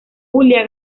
julia